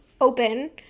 open